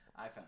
iPhone